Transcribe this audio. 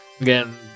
Again